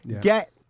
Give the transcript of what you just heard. Get